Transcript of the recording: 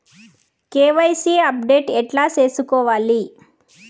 KYC update ఎట్లా సేసుకోవాలి?